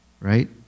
Right